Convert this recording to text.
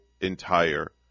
entire